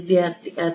വിദ്യാർത്ഥി അതെ